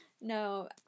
no